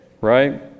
Right